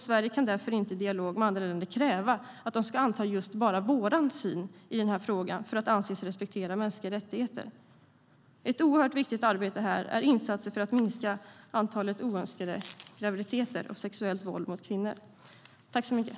Sverige kan därför inte i dialog med andra länder kräva att de ska anta vår syn på abort för att anses respektera mänskliga rättigheter. Ett oerhört viktigt arbete är därför insatserna för att minska antalet oönskade graviditeter samt att minska det sexuella våldet mot kvinnor.